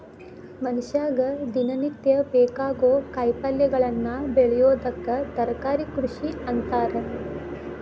ಮನಷ್ಯಾಗ ದಿನನಿತ್ಯ ಬೇಕಾಗೋ ಕಾಯಿಪಲ್ಯಗಳನ್ನ ಬೆಳಿಯೋದಕ್ಕ ತರಕಾರಿ ಕೃಷಿ ಅಂತಾರ